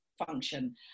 function